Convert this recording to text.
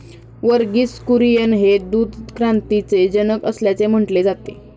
वर्गीस कुरियन हे दूध क्रांतीचे जनक असल्याचे म्हटले जाते